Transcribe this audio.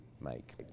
make